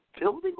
building